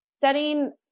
setting